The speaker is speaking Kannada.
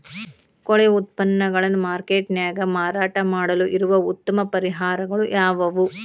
ಕೊಳೆವ ಉತ್ಪನ್ನಗಳನ್ನ ಮಾರ್ಕೇಟ್ ನ್ಯಾಗ ಮಾರಾಟ ಮಾಡಲು ಇರುವ ಉತ್ತಮ ಪರಿಹಾರಗಳು ಯಾವವು?